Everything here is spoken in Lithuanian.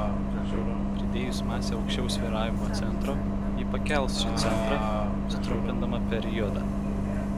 pridėjus masę aukščiau svyravimo centro ji pakels šį centrą sutrumpindama periodą